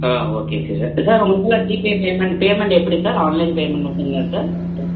ஆ okay okay sir sir உங்கள் இதில் GPay payment payment எப்படி சார் ஆன்லைன் பேமெண்ட் இருக்குங்களா சார்